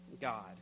God